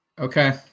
okay